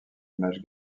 image